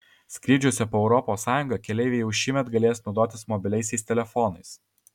skrydžiuose po europos sąjungą keleiviai jau šiemet galės naudotis mobiliaisiais telefonais